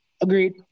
agreed